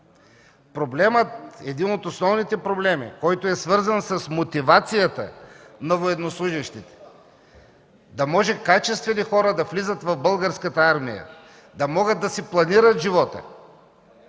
Един от основните проблеми, свързан с мотивацията на военнослужещите – да може качествени хора да влизат в Българската армия, да могат да си планират живота,